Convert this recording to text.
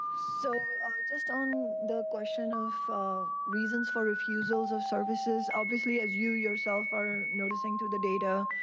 so just on the question of reasons for refusals of services, obviously as you, yourself, are noticing through the data,